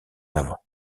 avant